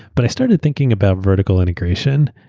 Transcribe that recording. but i started thinking about vertical integration.